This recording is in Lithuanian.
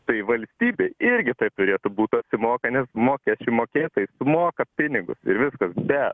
tai valstybė irgi taip turėtų būt apsimoka nes mokesčių mokėtojai sumoka pinigus ir viskas bet